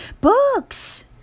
Books